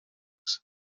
books